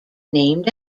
named